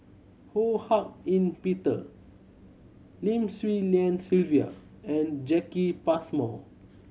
Ho Hak Ean Peter Lim Swee Lian Sylvia and Jacki Passmore